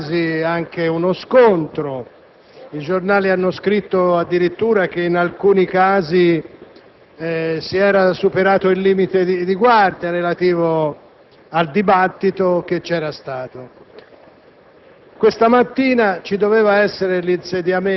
c'è stato un confronto e, in alcuni casi, anche uno scontro; i giornali hanno scritto addirittura che in alcuni casi si era superato il limite di guardia. Questa mattina ci doveva essere